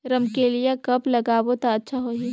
रमकेलिया कब लगाबो ता अच्छा होही?